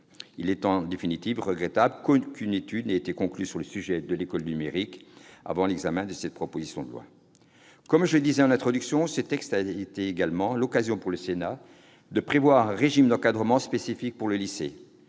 porte. En définitive, il est regrettable qu'aucune étude n'ait été conduite sur le sujet de l'« école du numérique » avant l'examen de cette proposition de loi. Comme je le disais en introduction, l'examen de ce texte a également été l'occasion pour le Sénat de prévoir un régime d'encadrement spécifique pour les lycées.